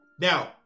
Now